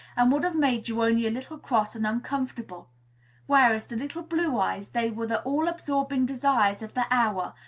and would have made you only a little cross and uncomfortable whereas to little blue eyes they were the all-absorbing desires of the hour,